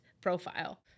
profile